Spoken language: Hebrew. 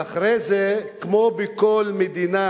ואחרי זה, כמו בכל מדינה